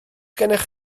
gennych